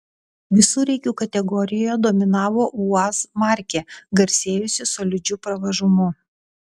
visureigių kategorijoje dominavo uaz markė garsėjusi solidžiu pravažumu